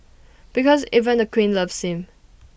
because even the queen loves him